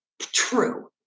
true